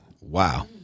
Wow